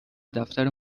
دفتر